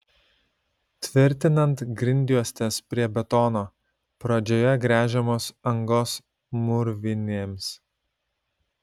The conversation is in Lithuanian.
tvirtinant grindjuostes prie betono pradžioje gręžiamos angos mūrvinėms